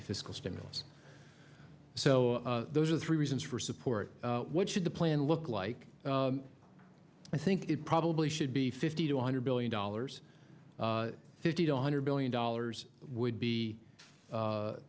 be fiscal stimulus so those are three reasons for support what should the plan look like i think it probably should be fifty two hundred billion dollars fifty to one hundred billion dollars would be